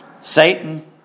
Satan